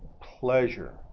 pleasure